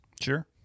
Sure